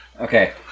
Okay